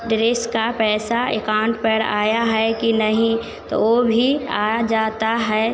dress का पैसा account पर आया है कि नहीं तो वो भी आ जाता है तो